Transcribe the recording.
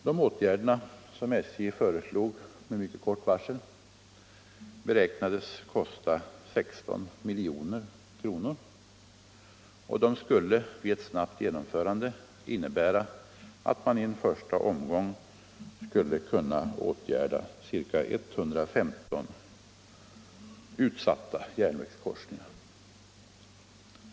De åtgärder som SJ föreslog med mycket kort varsel beräknades kosta 16 milj.kr., och de skulle vid ett snabbt genomförande innebära att man i en första omgång skulle kunna åtgärda ca 115 utsatta järnvägskorsningar.